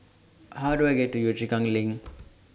How Do I get to Yio Chu Kang LINK